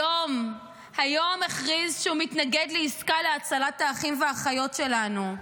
היום הכריז שהוא מתנגד לעסקה להצלת האחים והאחיות שלנו.